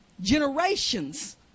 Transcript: generations